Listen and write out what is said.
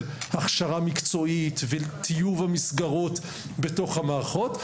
של הכשרה מקצועית ושל טיוב המסגרות בתוך המערכות,